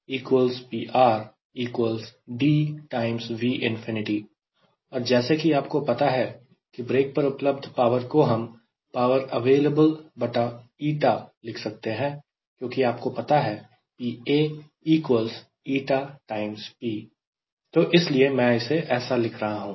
और जैसे कि आपको पता है कि ब्रेक पर उपलब्ध पावर को हम power available बटा η लिख सकते हैं क्योंकि आपको पता है तो इसलिए मैं इसे ऐसे लिख रहा हूं